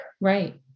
Right